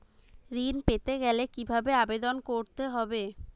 ঋণ পেতে গেলে কিভাবে আবেদন করতে হবে?